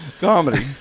comedy